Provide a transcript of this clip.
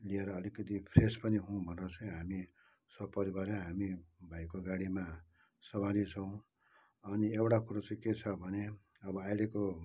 लिएर अलिकति फ्रेस पनि हौँ भनेर चाहिँ हामी सपरिवारै हामी भाइको गाडीमा सवारी छौँ अनि एउटा कुरो चाहिँ के छ भने अब अहिलेको